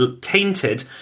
tainted